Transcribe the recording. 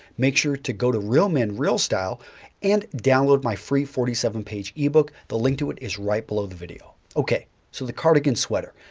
make sure to go to real men real style and download my free forty seven page e-book. the link to it is right below the video. okay, so the cardigan sweater.